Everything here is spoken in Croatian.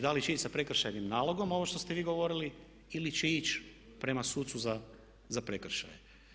Da li će ići sa prekršajnim nalogom ovo što ste vi govorili ili će ići prema sucu za prekršaje.